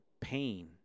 pain